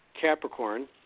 Capricorn